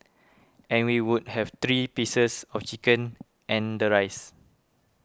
and we would have three pieces of chicken and the rice